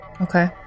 Okay